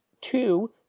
Two